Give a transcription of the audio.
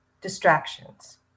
distractions